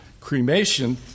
cremation